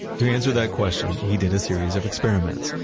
to answer that question, he did a series of experiments,